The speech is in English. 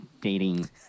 dating